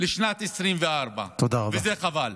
לשנת 2024, וזה חבל.